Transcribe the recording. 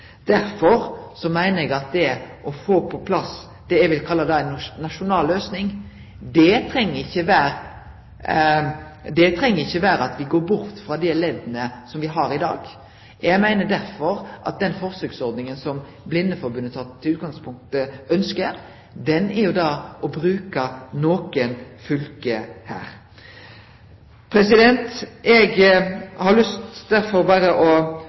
Derfor meiner eg at det å få plass det eg vil kalle ei nasjonal løysing, ikkje treng å bety at me går bort frå dei ledda me har i dag. Eg meiner derfor at den forsøksordninga som Blindeforbundet i utgangspunktet ønskjer, er å bruke nokre fylke her. Eg har derfor berre lyst til å